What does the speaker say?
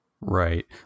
Right